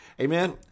Amen